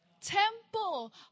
temple